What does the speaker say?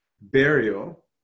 burial